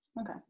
Okay